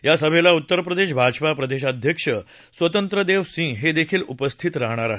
या सभेला उत्तर प्रदेश भाजपा प्रदेशाध्यक्ष स्वतंत्रदेव सिंग हे देखील उपस्थित राहणार आहेत